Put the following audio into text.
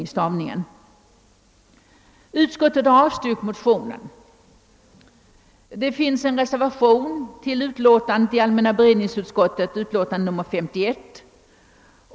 Allmänna beredningsutskottet har avstyrkt motionerna, men det finns en reservation fogad till dess utlåtande nr 51.